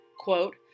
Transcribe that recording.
Quote